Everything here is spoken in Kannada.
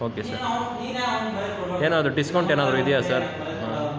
ಓಕೆ ಸರ್ ಏನಾದರೂ ಡಿಸ್ಕೌಂಟೇನಾದರೂ ಇದೆಯಾ ಸರ್